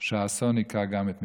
שהאסון הכה גם את משפחתי.